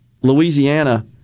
Louisiana